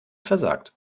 versagt